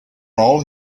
all